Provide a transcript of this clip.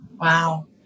Wow